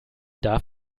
darf